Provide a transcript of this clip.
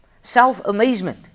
self-amazement